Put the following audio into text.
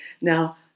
Now